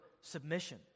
submission